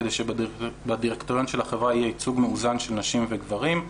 כדי שבדירקטוריון של החברה יהיה ייצוג מאוזן של נשים וגברים.